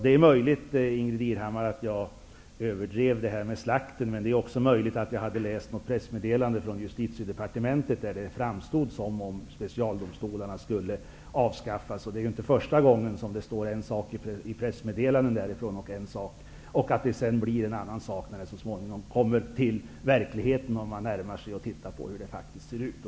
Det är möjligt, Ingbritt Irhammar, att jag överdrev när jag talade om slakt. Det är också möjligt att jag hade läst något pressmeddelande från Justitiedepartementet, där det framstod som om specialdomstolarna skulle avskaffas. Det är inte första gången som det sägs en sak i pressmeddelandet som sedan blir annat i verkligheten, när man tittar närmare på frågan och ser hur det faktiskt är.